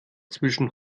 zwischen